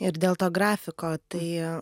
ir dėl to grafiko tai